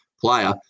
player